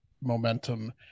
momentum